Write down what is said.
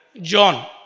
John